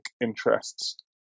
interests